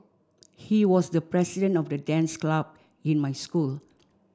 he was the president of the dance club in my school